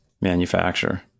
manufacturer